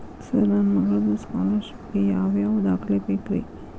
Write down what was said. Sir ನನ್ನ ಮಗ್ಳದ scholarship ಗೇ ಯಾವ್ ಯಾವ ದಾಖಲೆ ಬೇಕ್ರಿ?